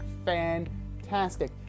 fantastic